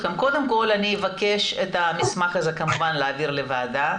קודם כל אני אבקש את המסמך הזה כמובן להעביר לוועדה,